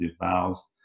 valves